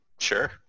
Sure